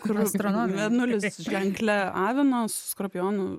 kur astronomų mėnulis ženkle avino skorpiono